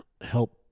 help